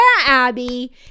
Abby